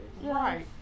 right